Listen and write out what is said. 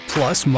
Plus